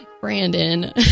Brandon